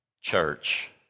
church